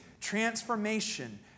transformation